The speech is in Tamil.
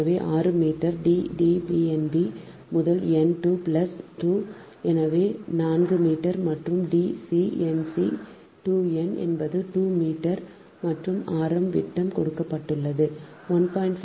எனவே 6 மீட்டர் D bnb முதல் n 2 plus 2 எனவே 4 மீட்டர் மற்றும் D cnc 2 n என்பது 2 மீட்டர் மற்றும் ஆரம் விட்டம் கொடுக்கப்பட்டுள்ளது 1